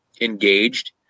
engaged